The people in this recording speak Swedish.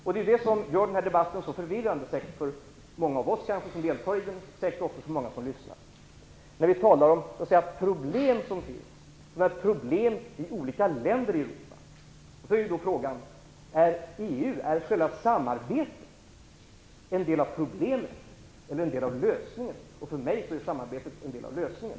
Något som gör denna debatt så förvirrande för säkerligen många av oss som deltar i den och säkerligen också för många som lyssnar på den är när vi talar om problem som finns i olika länder i Europa. Frågan är då: Är EU, dvs. själva samarbetet, en del av problemet eller en del av lösningen? För mig är samarbetet en del av lösningen.